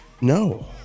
No